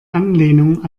anlehnung